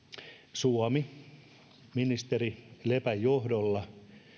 suomi ministeri lepän johdolla